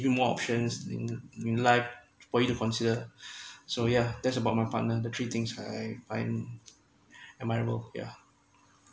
give you more options in life for you to consider so yeah that's about my partner the three things I am am in my world yeah